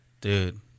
Dude